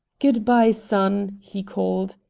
good-by, son, he called.